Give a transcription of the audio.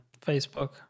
Facebook